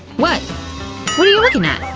what what are you looking at?